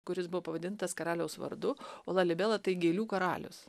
kuris buvo pavadintas karaliaus vardu o lalibela tai gėlių karalius